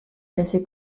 classé